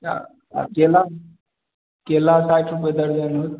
आ केला केला साठि रूपये दर्जन होत